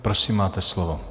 Prosím, máte slovo.